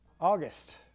August